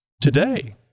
Today